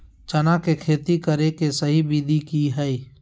चना के खेती करे के सही विधि की हय?